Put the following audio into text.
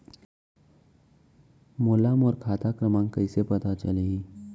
मोला मोर खाता क्रमाँक कइसे पता चलही?